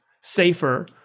safer